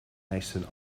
eisten